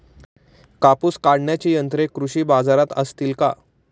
कापूस काढण्याची यंत्रे कृषी बाजारात असतील का?